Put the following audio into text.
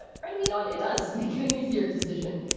but frankly, you know. and it does make it an easier decision.